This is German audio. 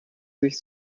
sich